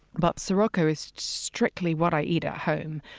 but sirocco is strictly what i eat at home.